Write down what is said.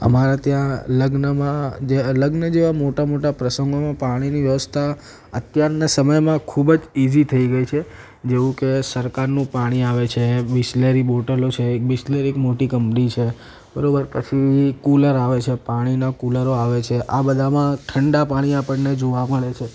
અમારા ત્યાં લગ્નમાં લગ્ન જેવા મોટા મોટા પ્રસંગોમાં પાણીની વ્યવસ્થા અત્યારના સમયમાં ખૂબ જ ઇઝી થઇ ગઈ છે જેવું કે સરકારનું પાણી આવે છે બીસ્લેરી બોટલો છે બીસ્લેરી એક મોટી કંપની છે બરાબર પછી કુલર આવે છે પાણીનાં કુલરો આવે છે આ બધામાં ઠંડા પાણી આપણને જોવા મળે છે